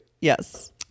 Yes